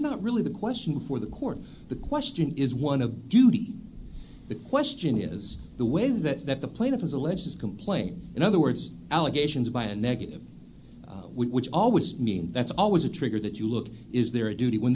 not really the question for the court the question is one of duty the question is the way that the plaintiff is alicia's complaint in other words allegations by a negative which always mean that's always a trigger that you look is there a duty when